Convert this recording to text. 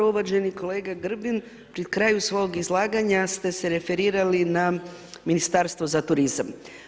Uvaženi kolega Grbin pri kraju svog izlaganja ste se referirali na Ministarstvo za turizam.